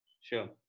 Sure